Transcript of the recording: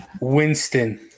Winston